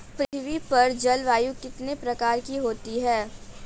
पृथ्वी पर जलवायु कितने प्रकार की होती है?